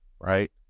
right